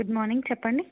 good morning చెప్పండి